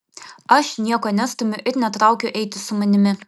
aš nieko nestumiu ir netraukiu eiti su manimi